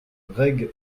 rég